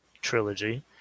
trilogy